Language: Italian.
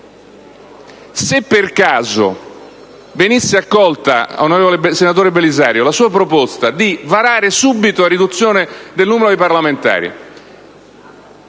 Se, per caso, venisse accolta, senatore Belisario, la sua proposta di varare subito la riduzione del numero dei parlamentari,